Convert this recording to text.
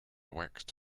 waxed